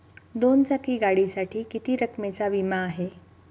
दोन चाकी गाडीसाठी किती रकमेचा विमा आहे?